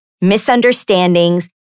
misunderstandings